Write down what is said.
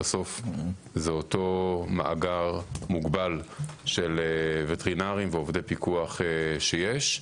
בסוף זה אותו מאגר מוגבל של וטרינרים ועובדי פיקוח שיש,